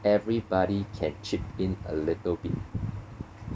everybody can chip in a little bit